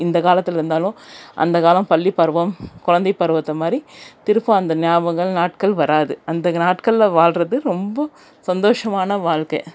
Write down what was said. இந்த காலத்துலிருந்தாலும் அந்த காலம் பள்ளி பருவம் குழந்தை பருவத்தை மாதிரி திருப்பம் அந்த ஞாபங்கள் நாட்கள் வராது அந்த க நாட்களில் வாழ்வது ரொம்ப சந்தோஷமான வாழ்க்கை